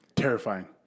terrifying